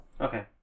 Okay